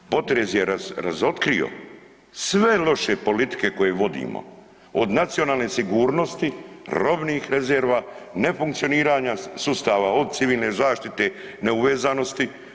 Potres je razotkrio sve loše politike koje vodimo od nacionalne sigurnosti, robnih rezerva, nefunkcioniranja sustava od Civilne zaštite neuvezanosti.